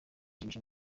yemeje